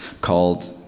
called